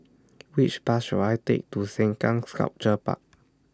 Which Bus should I Take to Sengkang Sculpture Park